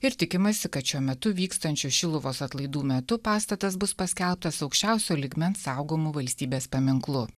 ir tikimasi kad šiuo metu vykstančių šiluvos atlaidų metu pastatas bus paskelbtas aukščiausio lygmens saugomu valstybės paminklu